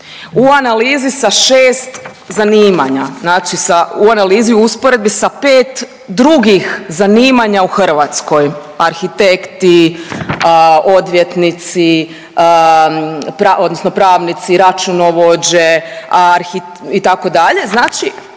u analizi sa 6 zanimanja, znači sa, u analizi u usporedbi sa 5 drugih zanimanja u Hrvatskoj arhitekti, odvjetnici odnosno pravnici, računovođe itd.,